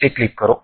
તે ક્લિક કરો